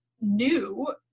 new